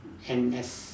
N S